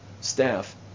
staff